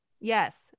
Yes